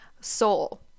soul